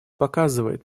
показывает